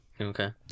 Okay